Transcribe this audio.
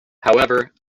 however